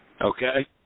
Okay